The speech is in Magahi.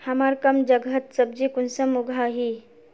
हमार कम जगहत सब्जी कुंसम उगाही?